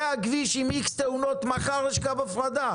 זה כביש עם "איקס" תאונות, מחר יש קו הפרדה.